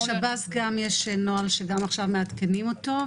לשב"ס יש נוהל שגם עכשיו מעדכנים אותו,